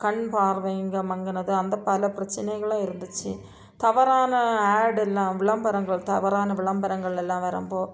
கண் பார்வைங்கள் மங்குனது அந்த பல பிரச்சனைகலாம் இருந்துச்சு தவறான ஆட் எல்லாம் விளம்பரங்கள் தவறான விளம்பரங்களெல்லாம் வே ரொம்ப